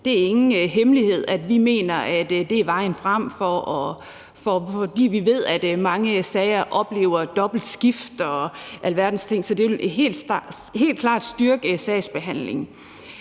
Det er ingen hemmelighed, at vi mener, det er vejen frem, fordi vi ved, at man i mange sager oplever et dobbelt skift og alverdens ting. Så det vil helt klart styrke sagsbehandlingen.